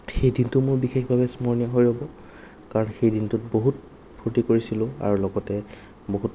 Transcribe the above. সেই দিনটো মোৰ বিশেষভাৱে স্মৰণীয় হৈ ৰ'ব কাৰণ সেই দিনটোত বহুত ফূৰ্তি কৰিছিলোঁ আৰু লগতে বহুত